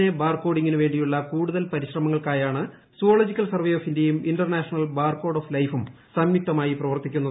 A ബാർകോഡിംഗിനുവേണ്ടിയുള്ള കൂടുതൽ പരിശ്രമങ്ങൾ ക്കായാണ് സുവോളജിക്കൽ സർവേ ഓഫ് ഇന്ത്യയും ഇന്റർനാഷനൽ ബാർകോഡ് ഓഫ് ലൈഫും സംയുക്തമായി പ്രവർത്തിക്കുന്നത്